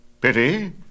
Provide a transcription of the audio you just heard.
Pity